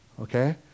okay